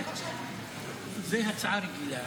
גברתי יושבת-ראש הישיבה,